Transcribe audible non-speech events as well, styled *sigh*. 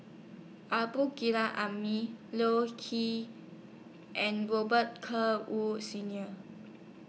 Abdul *unintelligible* Hamid Loh Chee and Robet Carr Woods Senior